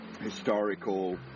historical